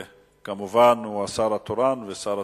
וכמובן הוא השר התורן ושר התשתיות.